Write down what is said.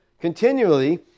continually